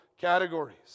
categories